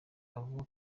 avuga